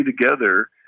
together